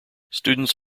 students